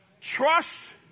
Trust